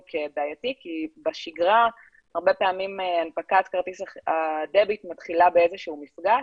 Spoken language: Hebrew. כבעייתי כי בשגרה הרבה פעמים הנפקת כרטיס הדביט מתחילה באיזשהו מפגש,